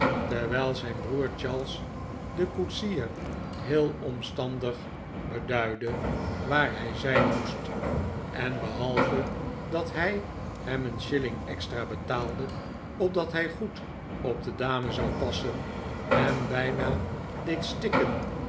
terwijl zijn broer charles den koetsier heel omstandig beduidde waar hij zijn moest en behalve dat hij hem een shilling extra betaalde opdat hij goed op de dame zou passen hem bijna deed stikken